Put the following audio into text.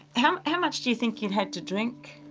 how um how much do you think you had to drink,